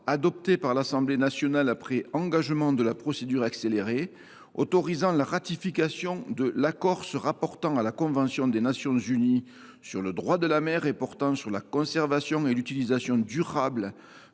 adopté par l’Assemblée nationale après engagement de la procédure accélérée, autorisant la ratification de l’accord se rapportant à la convention des Nations unies sur le droit de la mer et portant sur la conservation et l’utilisation durable